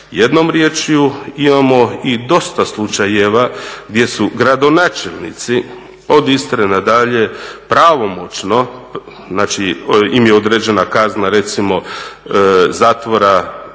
Jednom rječju, imamo i dosta slučajeva gdje su gradonačelnici od Istre na dalje pravomoćno im je određena kazna, recimo zatvora